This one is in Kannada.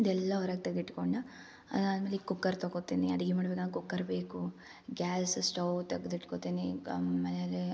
ಇದೆಲ್ಲ ಹೊರಗೆ ತೆಗ್ದಿಟ್ಕೊಂಡು ಅದಾದ್ಮೇಲೆ ಈ ಕುಕ್ಕರ್ ತಗೋತೀನಿ ಅಡಿಗೆ ಮಾಡ್ಬೇಕನ ಕುಕ್ಕರ್ ಬೇಕು ಗ್ಯಾಸ್ ಸ್ಟವ್ ತೆಗ್ದಿಟ್ಕೊತಿನಿ ಈಗ ಆಮೇಲೆ